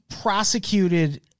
prosecuted